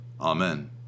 Amen